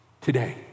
Today